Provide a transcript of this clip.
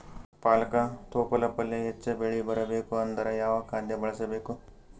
ಪಾಲಕ ತೊಪಲ ಪಲ್ಯ ಹೆಚ್ಚ ಬೆಳಿ ಬರಬೇಕು ಅಂದರ ಯಾವ ಖಾದ್ಯ ಬಳಸಬೇಕು?